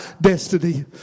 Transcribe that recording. destiny